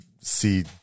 see